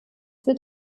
wird